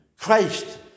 Christ